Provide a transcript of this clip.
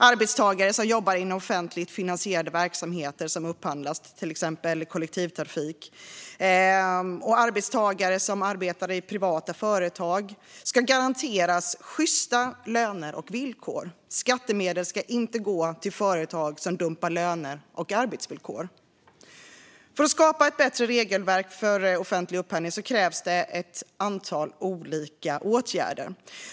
Arbetstagare som jobbar inom offentligt finansierade verksamheter som upphandlas, till exempel kollektivtrafik, och arbetstagare som arbetar i privata företag ska garanteras sjysta löner och villkor. Skattemedel ska inte gå till företag som dumpar löner och arbetsvillkor. För att skapa ett bättre regelverk för offentlig upphandling krävs det ett antal olika åtgärder.